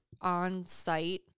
on-site-